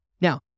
Now